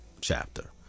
chapter